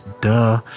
duh